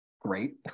great